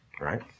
right